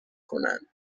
کنند